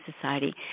society